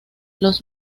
los